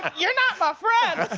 you're not my friend.